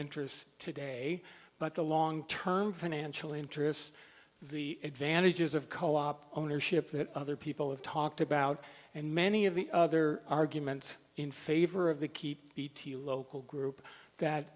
interests today but the long term financial interests the advantages of co op ownership that other people have talked about and many of the other arguments in favor of the keep beattie local group that